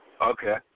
Okay